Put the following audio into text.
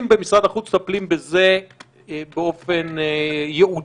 של משרד החוץ מטפלים בזה באופן ייעודי?